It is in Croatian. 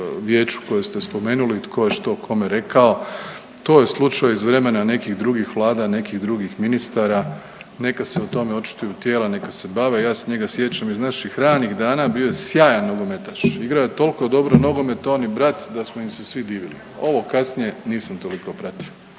vijeću koje ste spomenuli i tko je što kome rekao. To je slučaj iz vremena nekih drugih vlada, nekih drugih ministara, neka se o tome očituju tijela, neka se bave. Ja se njega sjećam iz naših ranih dana, bio je sjajan nogometaš. Igrao je toliko dobro nogomet on i brat da smo im se svi divili. Ovo kasnije nisam toliko pratio.